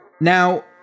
now